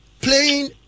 Playing